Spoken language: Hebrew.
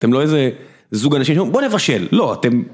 אתם לא איזה זוג אנשים שאומרים בוא נבשל, לא, אתם...